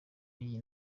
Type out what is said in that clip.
y’iyi